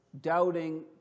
doubting